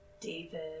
David